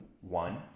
One